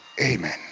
Amen